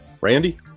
randy